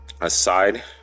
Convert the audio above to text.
Aside